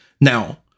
now